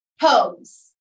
pose